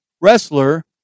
wrestler